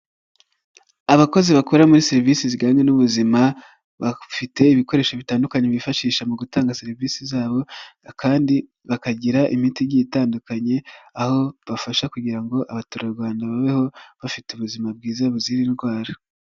Abakozi bakora muri serivisi zijyanye n'ubuzima, bafite ibikoresho bitandukanye bifashisha mu gutanga serivisi zabo kandi bakagira imiti itandukanye, aho bafasha kugira ngo abaturarwanda babeho bafite ubuzima bwiza buzira indwara.